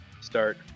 start